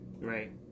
right